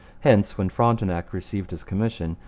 hence, when frontenac received his commission,